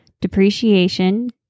depreciation